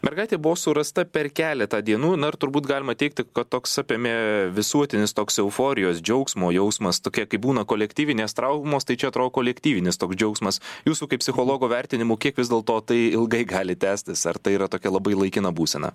mergaitė buvo surasta per keletą dienų na ir turbūt galima teigti kad toks apėmė visuotinis toks euforijos džiaugsmo jausmas tokia kaip būna kolektyvinės traumos tai čia atrodo kolektyvinis toks džiaugsmas jūsų kaip psichologo vertinimu kiek vis dėlto tai ilgai gali tęstis ar tai yra tokia labai laikina būsena